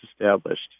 established